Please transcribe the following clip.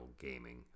gaming